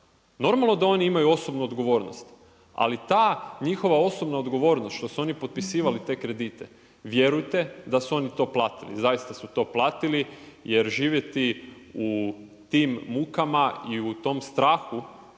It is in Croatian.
Normalno da oni imaju osobnu odgovornost, ali ta njihova osobna odgovornost što su oni potpisivali te kredite vjerujte da su oni to platili. Zaista su to platili jer živjeti u tim mukama i u tom strahu